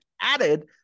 added